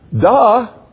Duh